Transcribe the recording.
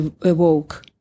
awoke